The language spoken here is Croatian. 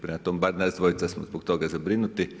Prema tome, nas dvojica smo zbog toga zabrinuti.